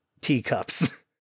teacups